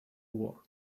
war